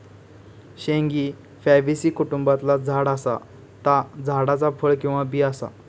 शेंग ही फॅबेसी कुटुंबातला झाड असा ता झाडाचा फळ किंवा बी असा